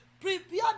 prepare